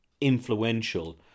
influential